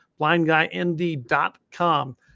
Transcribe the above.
blindguynd.com